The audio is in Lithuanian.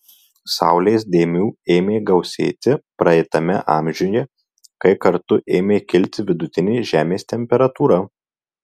saulės dėmių ėmė gausėti praeitame amžiuje kai kartu ėmė kilti vidutinė žemės temperatūra